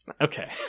Okay